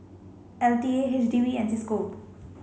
L T A H D B and Cisco